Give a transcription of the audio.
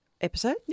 Episode